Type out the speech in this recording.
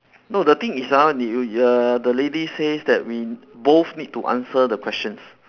no the thing is ah did you uh the lady says that we both need to answer the questions